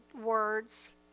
words